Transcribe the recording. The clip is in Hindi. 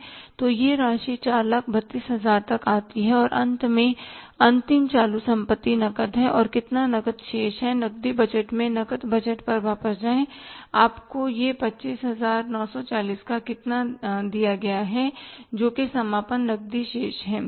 तो यह राशि 432000 आती है और अंत मेंअंतिम चालू संपत्ति नकद है कितना नकद शेष है नकदी बजट में नकद बजट पर वापस जाएं आपको यह 25940 का कितना दिया गया है जोकि समापन नकदी शेष है